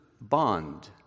bond